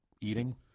eating